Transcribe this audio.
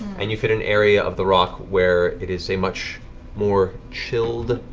and you've hit an area of the rock where it is a much more chilled,